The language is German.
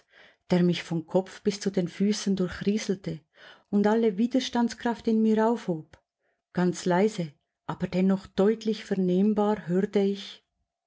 der mich vom kopf bis zu den füßen durchrieselte und alle widerstandskraft in mir aufhob ganz leise aber dennoch deutlich vernehmbar hörte ich